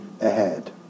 ahead